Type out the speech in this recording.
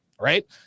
right